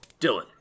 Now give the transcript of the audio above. Dylan